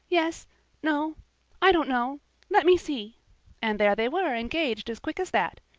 yes no i don't know let me see' and there they were, engaged as quick as that.